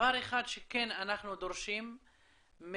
דבר אחד שכן אנחנו דורשים מהממשלה,